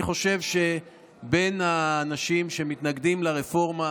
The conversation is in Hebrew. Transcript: אני חושב שבין האנשים שמתנגדים לרפורמה